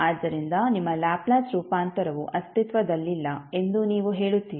ಆದ್ದರಿಂದ ನಿಮ್ಮ ಲ್ಯಾಪ್ಲೇಸ್ ರೂಪಾಂತರವು ಅಸ್ತಿತ್ವದಲ್ಲಿಲ್ಲ ಎಂದು ನೀವು ಹೇಳುತ್ತೀರಿ